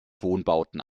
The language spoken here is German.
wohnbauten